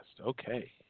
Okay